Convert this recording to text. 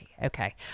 Okay